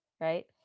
Right